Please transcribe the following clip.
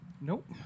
Nope